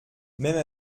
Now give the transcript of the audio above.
même